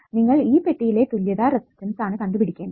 നിങ്ങൾ ഈ പെട്ടിയിലെ തുല്യത റെസിസ്റ്റൻസ് ആണ് കണ്ടുപിടിക്കേണ്ടത്